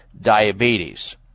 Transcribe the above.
diabetes